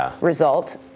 result